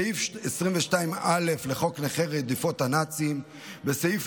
סעיף 22א לחוק נכי רדיפות הנאצים וסעיף